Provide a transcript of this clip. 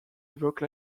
évoque